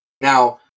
Now